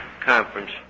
conference